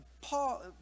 Paul